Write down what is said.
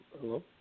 Hello